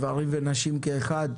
גברים ונשים כאחד,